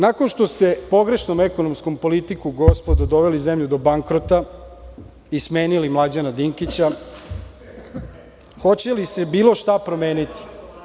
Nakon što ste pogrešnom ekonomskom politiku gospodo, doveli zemlju do bankrota i smenili Mlađana Dinkića, hoće li se bilo šta promeniti?